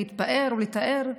להתפאר ולתאר,